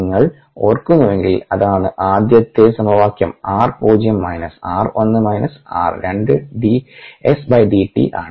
നിങ്ങൾ ഓർക്കുന്നുവെങ്കിൽ അതാണ് ആദ്യത്തെ സമവാക്യം r പൂജ്യം minus r 1 minus r 2 d S d t ആണ്